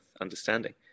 understanding